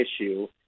issue